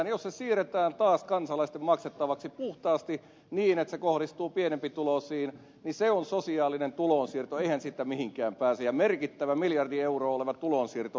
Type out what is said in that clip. jos se siirretään taas kansalaisten maksettavaksi puhtaasti niin että se kohdistuu pienempituloisiin niin se on sosiaalinen tulonsiirto eihän siitä mihinkään pääse ja merkittävä miljardin euron tulonsiirto